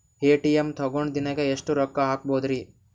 ATM ತಗೊಂಡ್ ದಿನಕ್ಕೆ ಎಷ್ಟ್ ರೊಕ್ಕ ಹಾಕ್ಬೊದ್ರಿ?